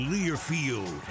Learfield